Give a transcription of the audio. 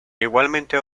igualmente